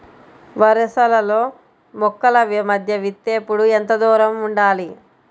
వరసలలో మొక్కల మధ్య విత్తేప్పుడు ఎంతదూరం ఉండాలి?